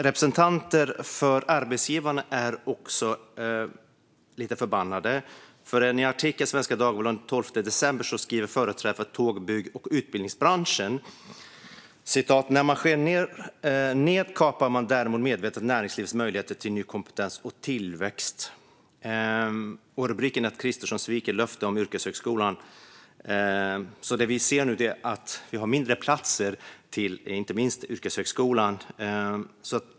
Representanter för arbetsgivarna är också lite förbannade. I en artikel i Svenska Dagbladet den 11 december skriver företrädare för tåg, bygg och utbildningsbranschen följande: "När man skär ned kapar man därmed medvetet näringslivets möjligheter till ny kompetens och tillväxt." Rubriken är "'Kristersson sviker löfte om yrkeshögskolan'". Det vi ser nu är färre platser, inte minst på yrkeshögskolan.